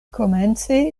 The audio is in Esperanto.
komence